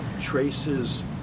traces